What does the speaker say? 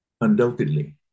Undoubtedly